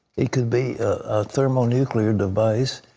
it could be a thermo nuclear device.